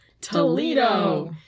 Toledo